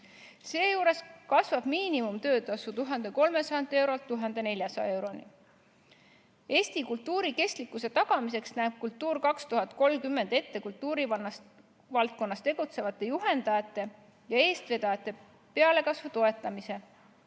Seejuures kasvab miinimumtöötasu 1300 eurolt 1400 euroni. Eesti kultuuri kestlikkuse tagamiseks näeb "Kultuur 2030" ette kultuurivaldkonnas tegutsevate juhendajate ja eestvedajate pealekasvu toetamise,